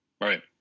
Right